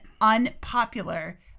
unpopular